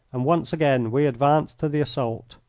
and once again we advanced to the assault.